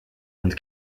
und